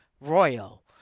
Royal